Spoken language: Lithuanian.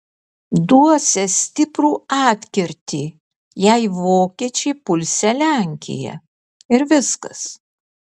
duosią stiprų atkirtį jei vokiečiai pulsią lenkiją ir viskas